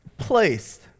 Placed